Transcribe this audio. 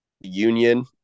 Union